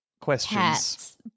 questions